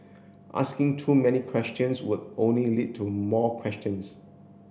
asking too many questions would only lead to more questions